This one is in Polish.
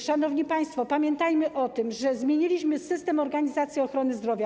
Szanowni państwo, pamiętajmy o tym, że zmieniliśmy system organizacji ochrony zdrowia.